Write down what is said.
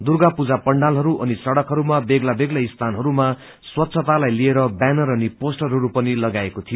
दुर्गा पूजा पएण्डालहरू अनि सड़कहरूमा बेग्ला बेग्लै स्थानहरूमा स्वच्छतालाई लिएर बैनर अनि पोष्टरहरू पनि लगाइएको थियो